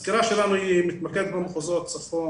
הסקירה שלנו היא מתמקדת במחוזות צפון,